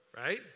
right